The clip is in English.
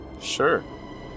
Sure